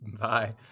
Bye